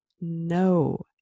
no